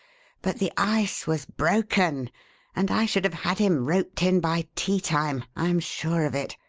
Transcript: but the ice was broken and i should have had him roped in by teatime i am sure of it.